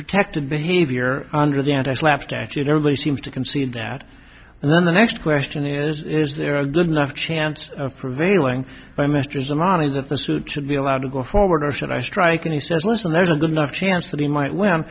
protected behavior under the and i slap statute everybody seems to concede that and then the next question is is there a good enough chance of prevailing by masters the monitor that the suit should be allowed to go forward or should i strike and he says listen there's a little not chance that he might w